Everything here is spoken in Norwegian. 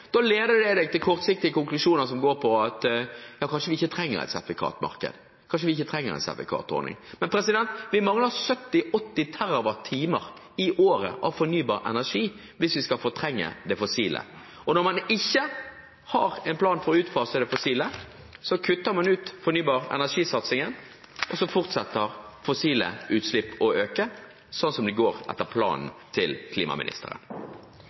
da, leder det en til kortsiktige konklusjoner som går ut på: Kanskje vi ikke trenger et sertifikatmarked og en sertifikatordning? Men vi mangler 70–80 TWh i året av fornybar energi hvis vi skal fortrenge det fossile. Og når man ikke har en plan for å utfase den fossile energien, kutter man ut fornybar energi-satsingen, og da fortsetter fossile utslipp å øke, slik det går etter planen til klimaministeren.